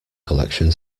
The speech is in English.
collection